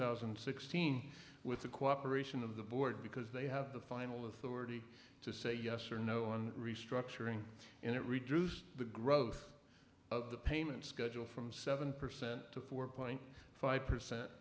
thousand and sixteen with the cooperation of the board because they have the final authority to say yes or no on restructuring and it reduced the growth of the payment schedule from seven percent to four point five percent